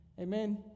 Amen